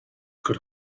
could